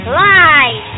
live